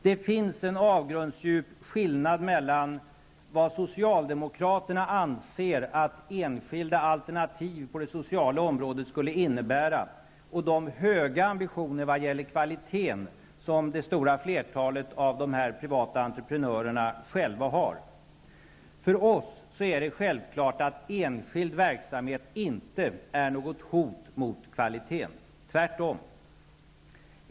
Det finns en avgrundsdjup skillnad mellan vad socialdemokraterna anser att enskilda alternativ på det sociala området skulle innebära och det höga ambitioner vad gäller kvaliteten som det stora flertalet av de här privata entreprenörerna själva har. För oss är det självklart att enskild verksamhet inte är något hot mot kvaliteten -- tvärtom.